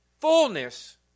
fullness